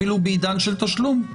אפילו בעידן של תשלום,